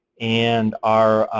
and our